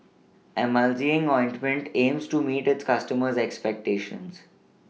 Emulsying Ointment aims to meet its customers' expectations